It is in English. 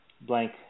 blank